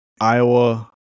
iowa